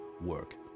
work